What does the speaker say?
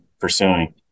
pursuing